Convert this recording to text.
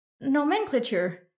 nomenclature